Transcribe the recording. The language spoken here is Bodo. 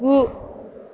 गु